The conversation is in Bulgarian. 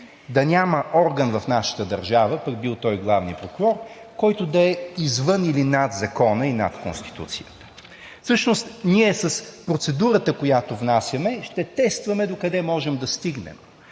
да няма орган в нашата държава, пък бил той главният прокурор, който да е извън или над закона и над Конституцията. Всъщност ние с процедурата, която внасяме, ще тестваме докъде можем да стигнем.